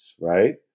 right